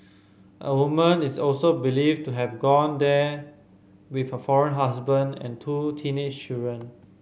a woman is also believed to have gone there with her foreign husband and two teenage children